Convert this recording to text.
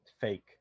fake